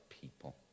people